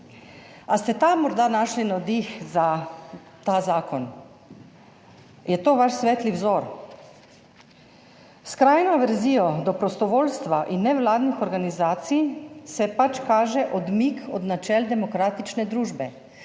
Ali ste tam morda našli navdih za ta zakon? Je to vaš svetli vzor? S skrajno averzijo do prostovoljstva in nevladnih organizacij se pač kaže odmik od načel demokratične družbe,